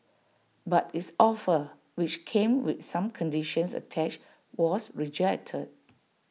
but its offer which came with some conditions attached was rejected